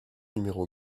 numéro